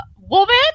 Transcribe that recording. woman